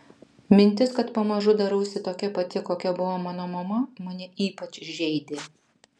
mintis kad pamažu darausi tokia pati kokia buvo mano mama mane ypač žeidė